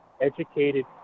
educated